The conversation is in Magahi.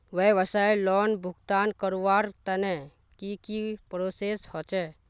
व्यवसाय लोन भुगतान करवार तने की की प्रोसेस होचे?